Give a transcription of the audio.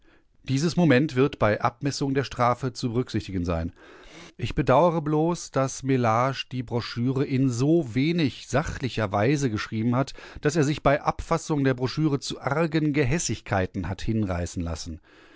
dieses moment wird bei abmessung der strafe zu berücksichtigen sein ich bedauere bloß daß mellage die broschüre in so wenig sachlicher weise geschrieben hat daß er sich bei abfassung der broschüre zu argen gehässigkeiten hat hinreißen lassen